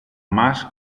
μας